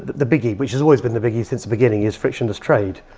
the biggie, which has always been the biggie since the beginning, is frictionless trade.